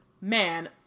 Man